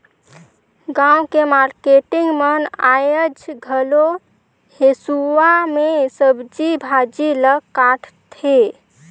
गाँव के मारकेटिंग मन आयज घलो हेसुवा में सब्जी भाजी ल काटथे